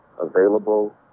available